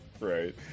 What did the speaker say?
right